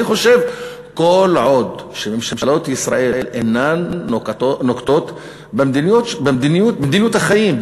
אני חושב שכל עוד ממשלות ישראל אינן נוקטות מדיניות של חיים,